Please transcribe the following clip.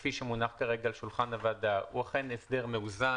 כפי שמונח כרגע על שולחן הוועדה הוא אכן הסדר מאוזן,